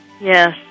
yes